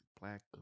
black